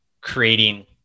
creating